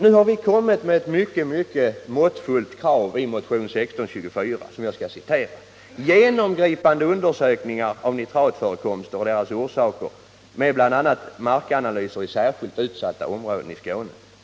Nu har vi socialdemokrater kommit med ett mycket måttfullt krav i motionen 1624, nämligen följande: ”Genomgripande undersökningar av nitratförekomster och deras orsaker — med bl.a. markanalyser — i särskilt utsatta områden i Skåne.